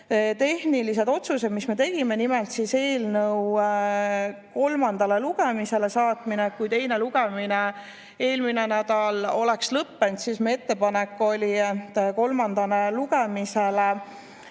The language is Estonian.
tehnilised otsused. Nimelt, eelnõu kolmandale lugemisele saatmise kohta. Kui teine lugemine eelmine nädal oleks lõppenud, siis meie ettepanek oli kolmandale lugemisele